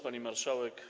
Pani Marszałek!